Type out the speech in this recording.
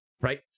right